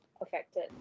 affected